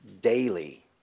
daily